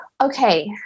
Okay